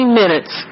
minutes